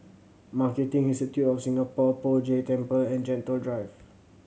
Marketing Institute of Singapore Poh Jay Temple and Gentle Drive